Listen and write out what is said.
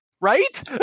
Right